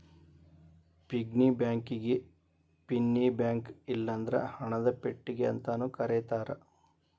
piggy ಬ್ಯಾಂಕಿಗಿ ಪಿನ್ನಿ bank ಇಲ್ಲಂದ್ರ ಹಣದ ಪೆಟ್ಟಿಗಿ ಅಂತಾನೂ ಕರೇತಾರ